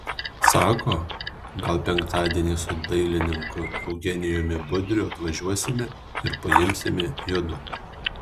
sako gal penktadienį su dailininku eugenijumi budriu atvažiuosime ir paimsime judu